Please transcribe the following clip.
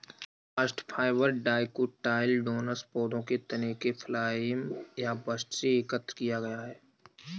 bast fibre dicotyledonous पौधों के तने के फ्लोएम या बस्ट से एकत्र किया गया है